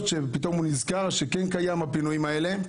שפתאום הוא נזכר שכן קיימים הפנויים האלה.